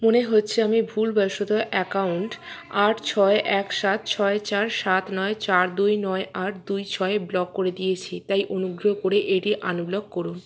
মনে হচ্ছে আমি ভুলবশত অ্যাকাউন্ট আট ছয় এক সাত ছয় চার সাত নয় চার দুই নয় আট দুই ছয় ব্লক করে দিয়েছি তাই অনুগ্রহ করে এটি আনব্লক করুন